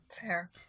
Fair